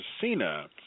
cena